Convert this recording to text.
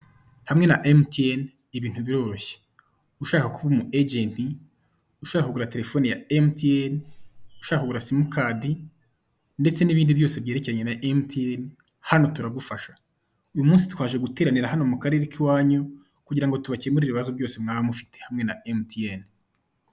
Hamwe na MTN, ibintu biroroshye ushaka kuba umu ejenti, ushaka kugura telefoni ya MTN, ushaka kugura simukadi ndetse n'ibindi byose byerekeranye na MTN hano turagufasha, uyu munsi twaje guteranira hano mu Karere k'iwanyu kugira ngo tubakemurire ibibazo byose mwaba mufite hamwe na MTN.